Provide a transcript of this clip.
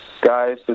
guys